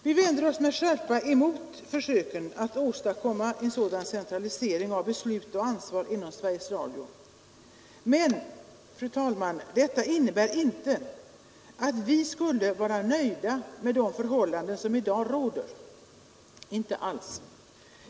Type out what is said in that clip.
Vi vänder oss med skärpa mot försöken att åstadkomma en sådan centralisering av beslut och ansvar inom Sveriges Radio, men, fru talman, detta innebär inte att vi skulle vara nöjda med det förhållandet som i dag råder. Inte alls.